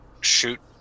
shoot